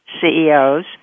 CEOs